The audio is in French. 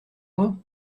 moi